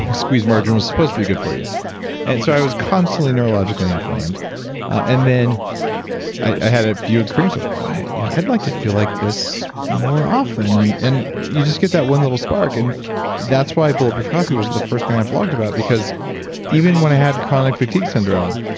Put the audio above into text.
squeeze margarine was supposed to be good for you and so i was constantly neurologically inflamed and then i had a few experience. like you know i'd like to feel like this more often and and you just get that one little spark and that's why bulletproof coffee was the first thing i blogged about because even when i had chronic fatigue syndrome,